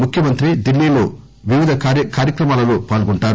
ముఖ్యమంత్రి ఢిల్లీలో వివిధ కార్యక్రమాలలో పాల్గొంటారు